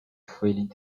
failing